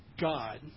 God